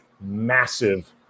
massive